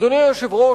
אדוני היושב-ראש,